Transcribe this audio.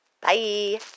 Bye